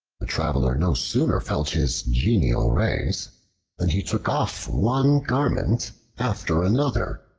the traveler no sooner felt his genial rays than he took off one garment after another,